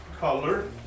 color